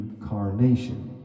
incarnation